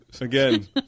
again